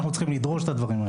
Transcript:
אנחנו כבר נעשה את הכל.